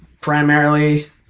primarily